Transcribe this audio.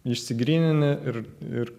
išsigrynini ir ir